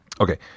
Okay